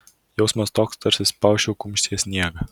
jausmas toks tarsi spausčiau kumštyje sniegą